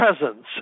presence